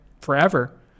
forever